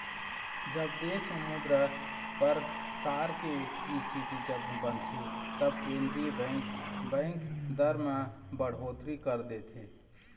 जब देश म मुद्रा परसार के इस्थिति जब बनथे तब केंद्रीय बेंक, बेंक दर म बड़होत्तरी कर देथे